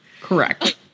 Correct